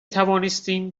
توانستیم